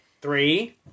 Three